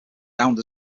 downed